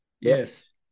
Yes